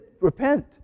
repent